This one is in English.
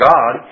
God